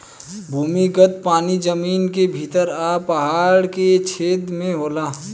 भूमिगत पानी जमीन के भीतर आ पहाड़ के छेद में होला